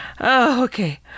Okay